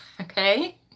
okay